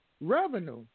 revenue